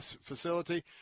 facility